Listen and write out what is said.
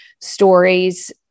stories